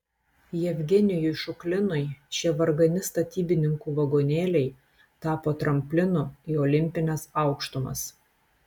jevgenijui šuklinui šie vargani statybininkų vagonėliai tapo tramplinu į olimpines aukštumas